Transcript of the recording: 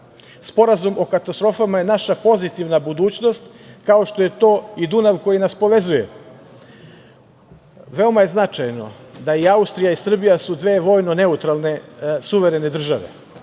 Sporazum o katastrofama je naša pozitivna budućnost, kao što je to i Dunav koji nas povezuje. Veoma je značajno da su i Austrija i Srbija dve vojno-neutralne suverene države